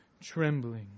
trembling